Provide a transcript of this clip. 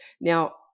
Now